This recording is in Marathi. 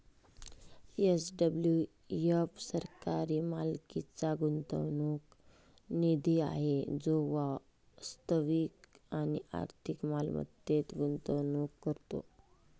एस.डब्लू.एफ सरकारी मालकीचा गुंतवणूक निधी आहे जो वास्तविक आणि आर्थिक मालमत्तेत गुंतवणूक करतो